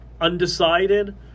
undecided